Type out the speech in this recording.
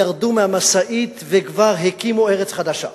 ירדו מהמשאית וכבר הקימו ארץ חדשה,